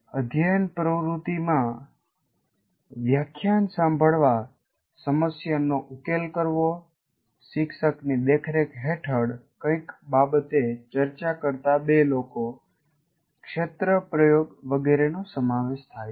અધ્યયન પ્રવૃત્તિ માં વ્યાખ્યાન સાંભળવવા સમસ્યાનો ઉકેલ કરવો શિક્ષકની દેખરેખ હેઠળ કંઈક બાબતે ચર્ચા કરતા બે લોકો ક્ષેત્ર પ્રયોગ વગેરે નો સમાવેશ થાય છે